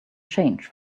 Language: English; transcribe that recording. change